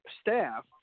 staff